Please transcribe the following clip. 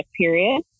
period